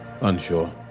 Unsure